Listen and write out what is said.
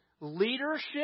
Leadership